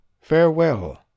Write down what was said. farewell